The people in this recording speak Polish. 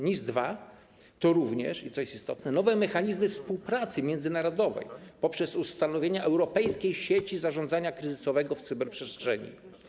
NIS 2 to również, co jest istotne, nowe mechanizmy współpracy międzynarodowej poprzez ustanowienie europejskiej sieci zarządzania kryzysowego w cyberprzestrzeni.